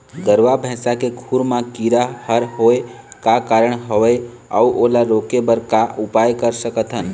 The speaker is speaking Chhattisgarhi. गरवा भैंसा के खुर मा कीरा हर होय का कारण हवए अऊ ओला रोके बर का उपाय कर सकथन?